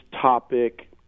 topic